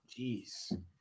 Jeez